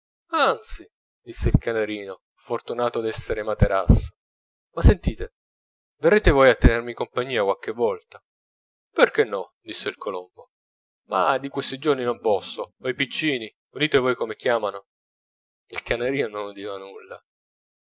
dispiace anzi disse il canarino fortunato d'esser materasso ma sentite verrete voi a tenermi compagnia qualche volta perchè no disse il colombo ma di questi giorni non posso ho i piccini udite voi come chiamano il canarino non udiva nulla